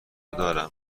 دارم